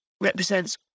represents